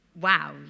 wow